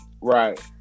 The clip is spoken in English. Right